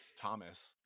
thomas